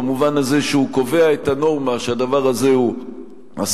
במובן הזה שהוא קובע את הנורמה שהדבר הזה הוא אסור,